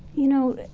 you know,